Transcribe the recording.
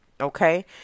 Okay